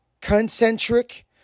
concentric